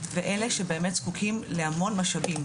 ואלה שבאמת זקוקים להמון משאבים.